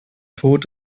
tot